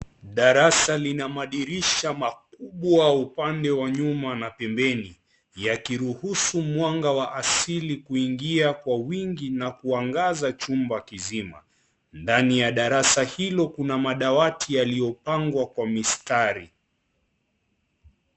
Darasa lina madirisha makubwa upande wa nyuma na pembeni yakiruhusu mwanga wa asili kuingia kwa wingi na kuangaza chumba kizima ,ndani ya darasa hilo kuna madawadi yaliyopangwa kwa misitari.